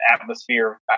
atmosphere